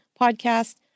podcast